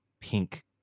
pink